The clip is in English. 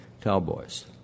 cowboys